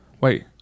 wait